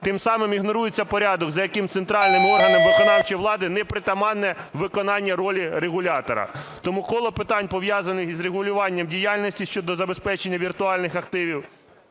Тим самим ігнорується порядок, за яким центральним органам виконавчої влади непритаманне виконання ролі регулятора. Тому коло питань, пов'язаних із регулюванням діяльності, щодо забезпечення віртуальних активів